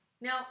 now